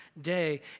day